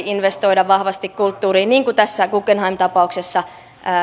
investoida vahvasti kulttuuriin niin kuin tässä guggenheim tapauksessa